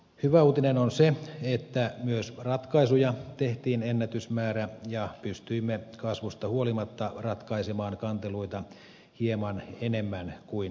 hyvä uutinen on se että myös ratkaisuja tehtiin ennätysmäärä ja pystyimme kasvusta huolimatta ratkaisemaan kanteluita hieman enemmän kuin niitä saapui